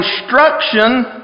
instruction